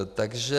Takže...